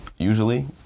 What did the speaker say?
usually